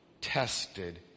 tested